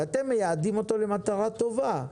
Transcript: ואתם מייעדים אותו למטרה טובה.